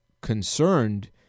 concerned